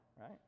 right